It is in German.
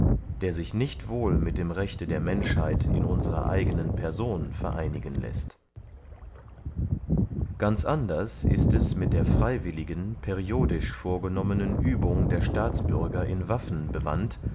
der sich nicht wohl mit dem rechte der menschheit in unserer eigenen person vereinigen läßt ganz anders ist es mit der freywilligen periodisch vorgenommenen uebung der staatsbürger in waffen bewandt